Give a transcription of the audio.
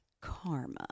karma